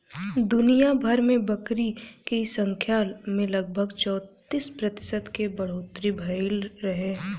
दुनियाभर में बकरी के संख्या में लगभग चौंतीस प्रतिशत के बढ़ोतरी भईल रहे